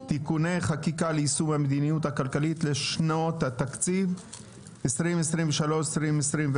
(תיקוני חקיקה ליישום המדיניות הכלכלית לשנות התקציב 2023 ו-2024),